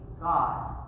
God